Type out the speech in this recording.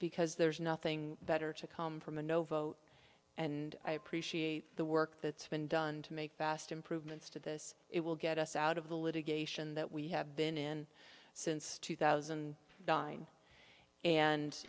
because there's nothing better to come from a no vote and i appreciate the work that's been done to make vast improvements to this it will get us out of the litigation that we have been in since two thousand died and